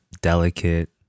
delicate